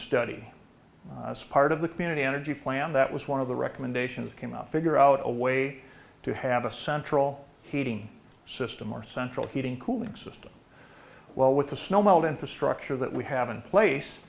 study as part of the community energy plan that was one of the recommendations came out figure out a way to have a central heating system or central heating cooling system while with the snow melt infrastructure that we haven't place